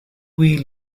wee